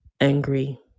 angry